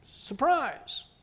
Surprise